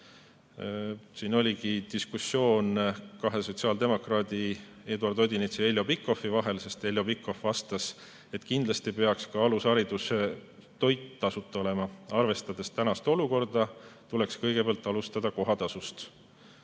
Siis oligi diskussioon kahe sotsiaaldemokraadi, Eduard Odinetsi ja Heljo Pikhofi vahel, sest Heljo Pikhof vastas, et kindlasti peaks ka alushariduses toit tasuta olema. Arvestades tänast olukorda, tuleks kõigepealt alustada kohatasust.